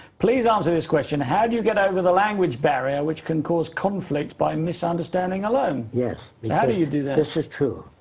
please, answer this question. how do you get over the language barrier, which can cause conflict by misunderstanding alone? yes. so yeah how do you do that? this is true.